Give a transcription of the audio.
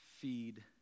feed